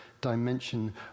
dimension